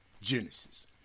Genesis